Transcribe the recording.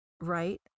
right